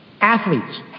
athletes